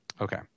Okay